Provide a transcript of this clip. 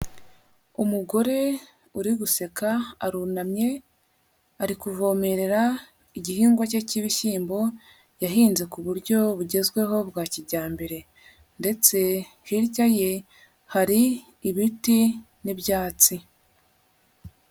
Umugore uri guseka, arunamye ari kuvomerera igihingwa cye cy'ibishyimbo, yahinze ku buryo bugezweho bwa kijyambere, ndetse hirya ye hari ibiti n'ibyatsi.